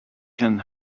can